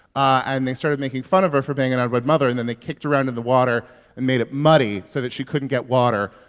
and they started making fun of her for being an unwed mother. and then they kicked around in the water and made it muddy so that she couldn't get water.